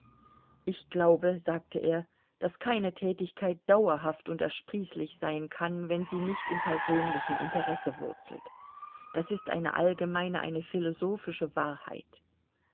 ich glaube sagte er daß keine tätigkeit dauerhaft und ersprießlich sein kann wenn sie nicht im persönlichen interesse wurzelt das ist eine allgemeine eine philosophische wahrheit